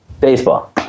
baseball